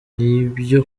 nibyo